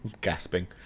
gasping